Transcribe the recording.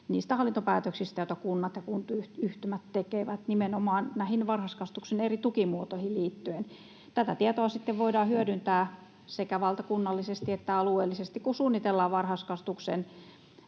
niistä hallintopäätöksistä, joita kunnat ja kuntayhtymät tekevät nimenomaan näihin varhaiskasvatuksen eri tukimuotoihin liittyen. Tätä tietoa sitten voidaan hyödyntää sekä valtakunnallisesti että alueellisesti, kun suunnitellaan varhaiskasvatuksen